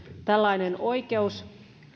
tällainen oikeus